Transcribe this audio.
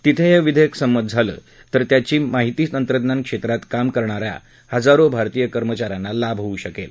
तिथे हे विधेयक संमत झालं तर त्याचा माहिती तंत्रज्ञानक्षेत्रतात काम करणाऱ्या हजारो भारतीय कर्मचाऱ्यांना लाभ होऊ शकेल